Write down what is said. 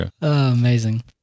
amazing